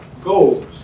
Goals